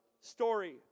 story